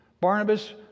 Barnabas